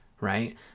Right